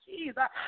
Jesus